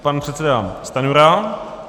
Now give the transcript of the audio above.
Pan předseda Stanjura.